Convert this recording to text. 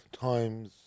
times